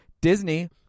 Disney